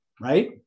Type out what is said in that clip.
right